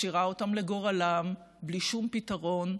משאירה אותם לגורלם בלי שום פתרון.